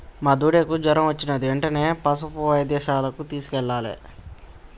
మా దూడకు జ్వరం వచ్చినది వెంటనే పసుపు వైద్యశాలకు తీసుకెళ్లాలి